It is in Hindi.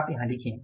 आप यहाँ लिखें